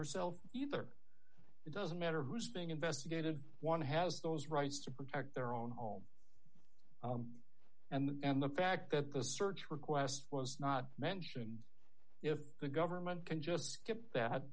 herself either it doesn't matter who's being investigated one has those rights to protect their own home and the fact that the search request was not mentioned if the government can just skip that